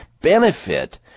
benefit